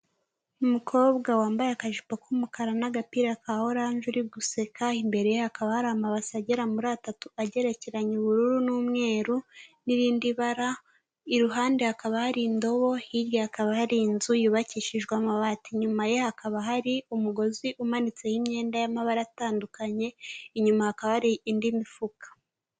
Umukobwa wambaye akajipo k'umukara n'agapira ka oranje uri guseka, imbere ye hakaba hari amabase agera muri atatu agerekeranye ubururu n'umweru n'irindi bara, iruhande hakaba hari indobo, hirya hakaba hari inzu yubakishijwe amabati, inyuma ye hakaba hari umugozi umanitseho imyenda y'amabara atandukanye, inyuma hakaba hari indi mifuka.